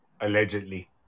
Allegedly